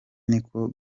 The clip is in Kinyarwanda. niko